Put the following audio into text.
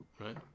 right